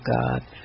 God